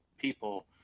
people